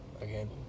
again